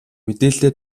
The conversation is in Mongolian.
мэдээллээ